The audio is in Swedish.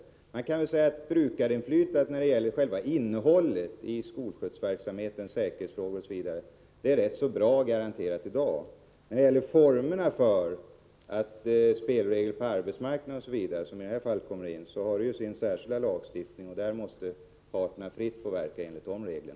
Man kan väl säga ätt brukarinflytandet när det gäller själva innehållet i skolskjutsverksamhet, säkerhetsfrågor osv. är ganska bra garanterat i dag. Beträffande formerna för spelregler på arbetsmarknaden osv., som kommer in i detta fall, har detta sin särskilda lagstiftning, och där måste parterna fritt få verka enligt dessa regler.